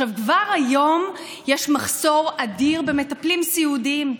כבר כיום יש מחסור אדיר במטפלים סיעודיים,